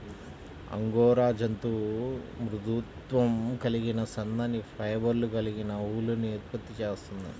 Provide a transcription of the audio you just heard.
angora జంతువు మృదుత్వం కలిగిన సన్నని ఫైబర్లు కలిగిన ఊలుని ఉత్పత్తి చేస్తుంది